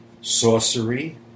sorcery